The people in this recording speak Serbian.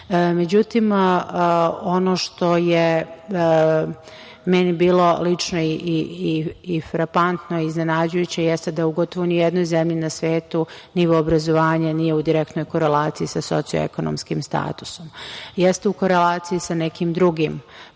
Međutim, ono što je meni bilo lično i frapantno i iznenađujuće jeste da gotovo ni u jednoj zemlji na svetu nivo obrazovanja nije u direktnoj koleraciji sa sociekonomskim statusom. Jeste u koleraciji sa nekim drugim